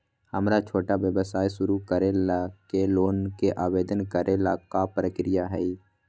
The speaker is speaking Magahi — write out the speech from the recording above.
हमरा छोटा व्यवसाय शुरू करे ला के लोन के आवेदन करे ल का प्रक्रिया हई?